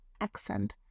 accent